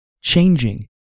changing